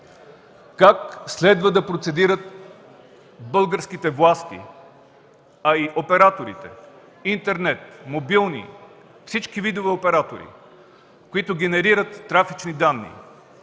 Как следва да процедират българските власти, а и операторите – интернет, мобилни, всички видове оператори, които генерират трафични данни,